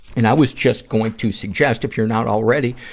and i was just going to suggest, if you're not already,